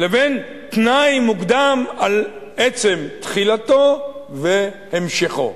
לבין תנאי מוקדם על עצם תחילתו והמשכו.